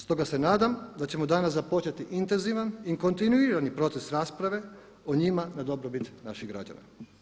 Stoga se nadam da ćemo danas započeti intenzivan i kontinuirani proces rasprave o njima na dobrobit naših građana.